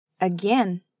Again